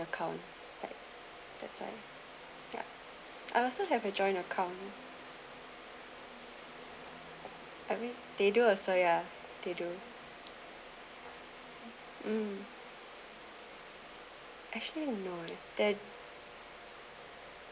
account that's right ya I also have a joint account I mean they do also ya they do um actually no that